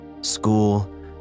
school